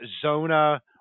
Zona